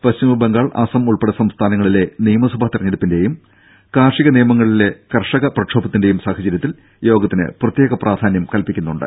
പശ്ചിമബംഗാൾഅസം ഉൾപ്പെടെ സംസ്ഥാനങ്ങളിലെ നിയമസഭാ തെരഞ്ഞെടുപ്പിന്റെയും കാർഷിക നിയമങ്ങളിലെ കർഷക പ്രക്ഷോഭത്തിന്റെയും സാഹചര്യത്തിൽ യോഗത്തിന് പ്രത്യേക പ്രാധാന്യം കല്പിക്കുന്നുണ്ട്